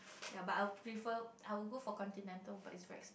ya but I will prefer I will go for continental but it's very ex~